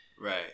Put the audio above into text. Right